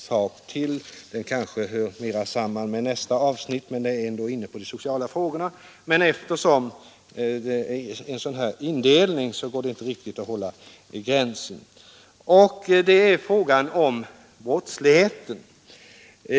Till sist vill jag beröra en sak som kanske inte direkt hör samman med detta avsnitt, men som ändå gäller sociala frågor. Det är ju svårt att hålla sig inom gränsen. Det gäller brottsligheten.